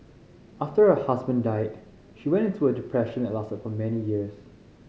after her husband died she went into a depression that lasted for many years